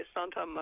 Santa